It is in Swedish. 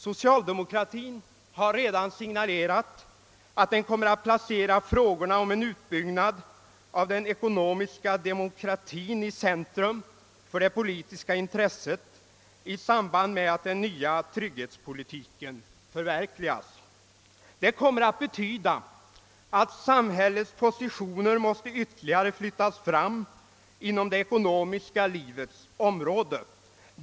Socialdemokratin har redan signalerat att den kommer att placera frågorna om en utbyggnad av den ekonomiska demokratin i centrum för det politiska intresset i samband med att den nya trygghetspolitiken förverkligas. Detta kommer att betyda att samhällets positioner måste flyttas fram ytterligare på det ekonomiska livets område.